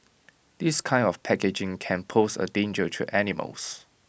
this kind of packaging can pose A danger to animals